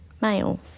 male